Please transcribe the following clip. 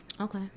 Okay